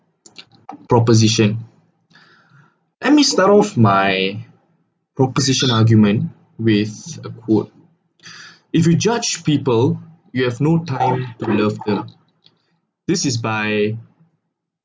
proposition let me start off my proposition argument with a quote if you judge people you have no time to love them this is by